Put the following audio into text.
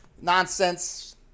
nonsense